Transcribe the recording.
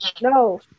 No